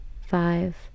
five